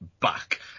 back